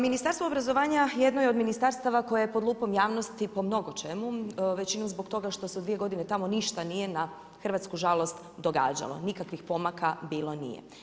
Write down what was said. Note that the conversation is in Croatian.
Ministarstvo obrazovanja jedno je od ministarstava koje je pod lupom javnosti po mnogo čemu, većinom zbog toga što se u dvije godine tamo ništa nije na hrvatsku žalost događalo, nikakvih pomaka bilo nije.